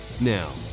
Now